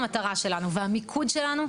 המטרה שלנו והמיקוד שלנו,